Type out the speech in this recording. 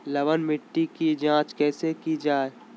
लवन मिट्टी की जच कैसे की जय है?